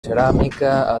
ceràmica